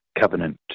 covenant